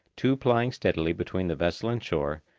two plying steadily between the vessel and shore,